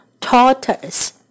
tortoise